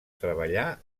treballar